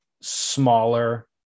smaller